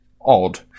odd